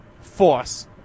force